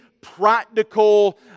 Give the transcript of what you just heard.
practical